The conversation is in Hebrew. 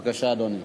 בבקשה, אדוני.